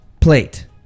plate